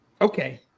Okay